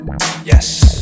Yes